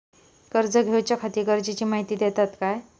कर्ज घेऊच्याखाती गरजेची माहिती दितात काय?